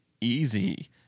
easy